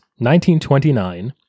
1929